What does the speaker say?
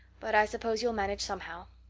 but i suppose you'll manage somehow.